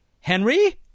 Henry